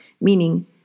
meaning